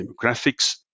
demographics